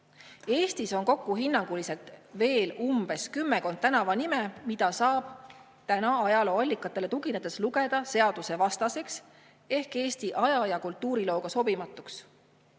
Eestis on kokku hinnanguliselt kümmekond tänavanime, mida saab ajalooallikatele tuginedes lugeda seadusevastasteks ehk Eesti aja- ja kultuurilooga sobimatuteks.